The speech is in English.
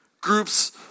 groups